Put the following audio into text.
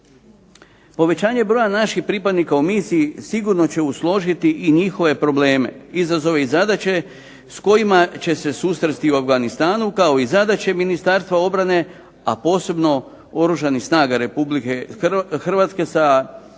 Povećanje broja naših pripadnika u misiji sigurno će usložiti i njihove probleme, izazove i zadaće s kojima će se susresti u Afganistanu kao i zadaće Ministarstva obrane, a posebno Oružanih snaga RH sa upravljačkom